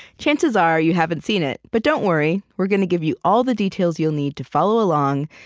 chances are, you haven't seen it, but don't worry. we're gonna give you all the details you'll need to follow along.